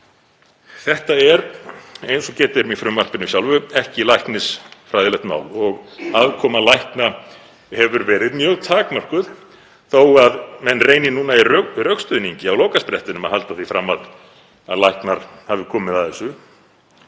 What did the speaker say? Þetta er, eins og getið er um í frumvarpinu sjálfu, ekki læknisfræðilegt mál og aðkoma lækna hefur verið mjög takmörkuð. Þó að menn reyni núna í rökstuðningi á lokasprettinum að halda því fram að læknar hafi komið að þessu